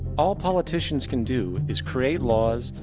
all politicians can do is create laws,